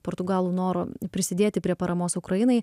portugalų noro prisidėti prie paramos ukrainai